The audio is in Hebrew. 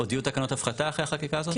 עוד יהיו תקנות הפחתה אחרי החקיקה הזאת?